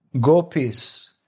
gopis